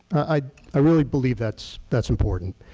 i ah really believe that's that's important.